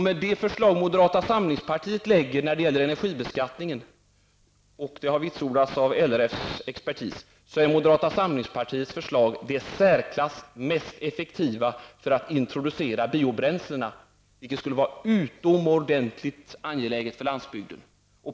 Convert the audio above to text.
Moderaterna samlingspartiets förslag till en energibeskattning är -- och det har vidsordats expertis -- det i särklass mest effektiva för att introducera biobränslena, något som är utomordentligt angeläget för landsbygden.